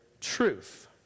truth